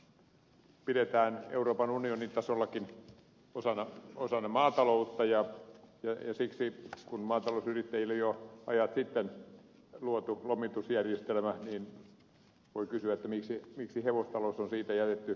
hevostaloutta pidetään euroopan unionin tasollakin osana maataloutta ja siksi kun maatalousyrittäjille jo ajat sitten on luotu lomitusjärjestelmä voi kysyä miksi hevostalous on siitä jätetty ulkopuolelle